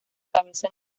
cabeza